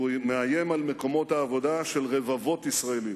והוא מאיים על מקומות העבודה של רבבות ישראלים.